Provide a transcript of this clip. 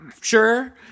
sure